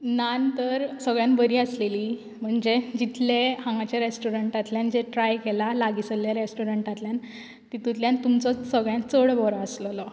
नान तर सगळ्यांत बरी आसलेली म्हणजे जितले हांगाचे रेस्टॉरंतांतल्यान जें ट्राय केलां लागिसल्ल्या रेस्टॉरंटांतल्यान तितुंतल्यान तुमचो सगळ्यांत चड बरो आसलेलो